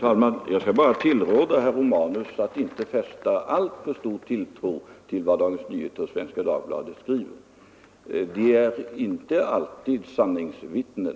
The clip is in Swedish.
Herr talman! Jag vill råda herr Romanus att inte fästa alltför stor tilltro till vad Dagens Nyheter och Svenska Dagbladet skriver. De är inte alltid sanningsvittnen.